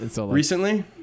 Recently